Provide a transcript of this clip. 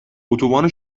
اتوبان